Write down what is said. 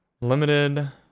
limited